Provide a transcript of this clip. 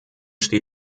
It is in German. steht